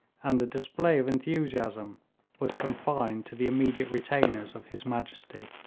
and the display of enthusiasm was confined to the immediate retainers of his majesty.